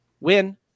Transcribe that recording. win